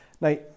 Now